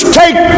take